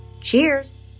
Cheers